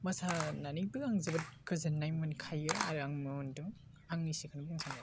मोसानानैबो आं जोबोद गोजोन्नाय मोनखायो आरो आं मोनदों आं एसेखौनो बुंनो सानबाय